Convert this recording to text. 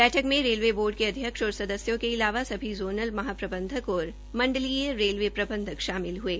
बैठक मे railway board के अध्यक्ष और सदस्यों के अलावा सभी ज़ोनल महाप्रबंधक और मंडलीय रेलवे प्रबंधक शामिल ह्ये